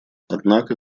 однако